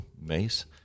Mace